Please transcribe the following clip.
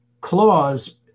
clause